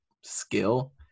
skill